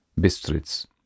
Bistritz